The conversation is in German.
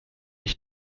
ich